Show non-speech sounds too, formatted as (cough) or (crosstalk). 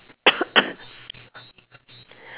(coughs)